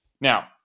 Now